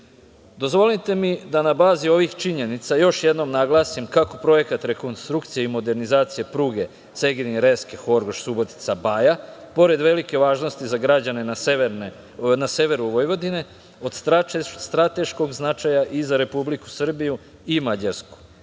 mi da na bazi ovih činjenica još jednom naglasim kako projekat rekonstrukcije i modernizacije pruge Segedin – Reske – Horgoš – Subotica – Baja, pored velike važnosti za građane na severu Vojvodine, od strateškog značaja je i zaRepubliku Srbiju i Mađarsku.